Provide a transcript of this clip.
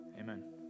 amen